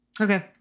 Okay